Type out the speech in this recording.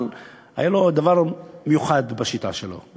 אבל היה לו דבר מיוחד בשיטה שלו.